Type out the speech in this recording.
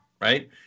right